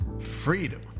freedom